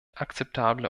akzeptable